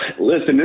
listen